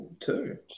Two